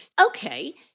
Okay